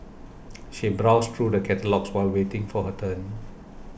she browsed through the catalogues while waiting for her turn